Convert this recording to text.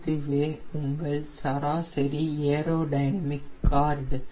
இதுவே உங்கள் சராசரி ஏரோடைனமிக் கார்டு